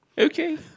okay